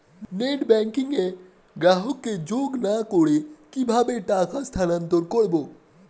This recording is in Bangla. নেট ব্যাংকিং এ গ্রাহককে যোগ না করে কিভাবে টাকা স্থানান্তর করব?